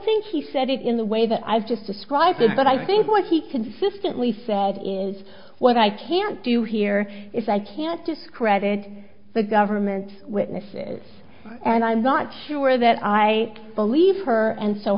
think he said it in the way that i've just described it but i think what he consistently said is what i can't do here is i can't discredit the government witnesses and i'm not sure that i believe her and so